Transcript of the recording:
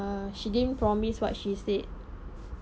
err she didn't promise what she said